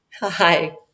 Hi